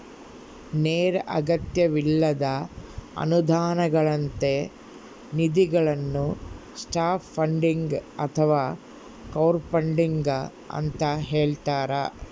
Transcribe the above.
ನೇರ ಅಗತ್ಯವಿಲ್ಲದ ಅನುದಾನಗಳಂತ ನಿಧಿಗಳನ್ನು ಸಾಫ್ಟ್ ಫಂಡಿಂಗ್ ಅಥವಾ ಕ್ರೌಡ್ಫಂಡಿಂಗ ಅಂತ ಹೇಳ್ತಾರ